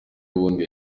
bundi